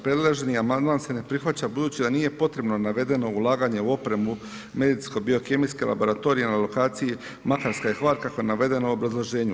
Predloženi amandman se ne prihvaća budući da nije potrebno navedeno ulaganje u opremu medicinsko-biokemijski laboratorija na lokaciji Makarska i Hvar kako je navedeno u obrazloženju.